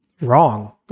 wrong